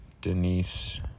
denise